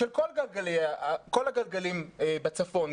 כל הגלגלים בצפון,